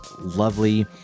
lovely